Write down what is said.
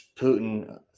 Putin